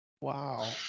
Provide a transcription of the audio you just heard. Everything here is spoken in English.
wow